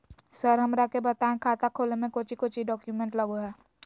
Sir हमरा के बताएं खाता खोले में कोच्चि कोच्चि डॉक्यूमेंट लगो है?